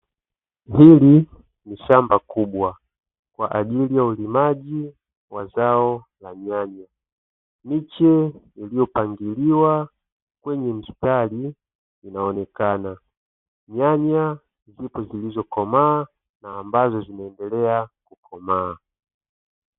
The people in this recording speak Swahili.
Hili ni shamba kubwa kwa ajili ya ulimaji wa zao la nyanya, miche iliyopangiliwa kwenye mstari inaonekana, nyanya zipo zilizokomaa na ambazo zinaendelea kukomaa.